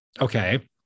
Okay